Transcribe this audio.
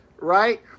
right